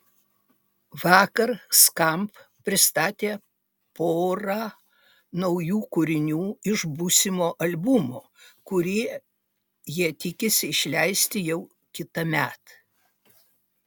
vakar skamp pristatė porą naujų kūrinių iš būsimo albumo kurį jie tikisi išleisti jau kitąmet